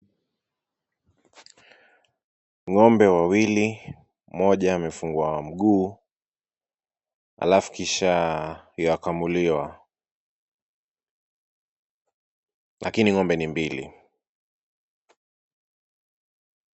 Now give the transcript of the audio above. Ng'ombe wawili, mmoja amefungwa mguu alafu kisha yu akamuliwa, lakini ng'ombe ni mbili.